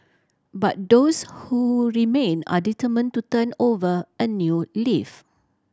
but those who remain are determined to turn over a new leaf